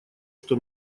что